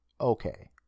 okay